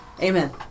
Amen